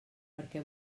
perquè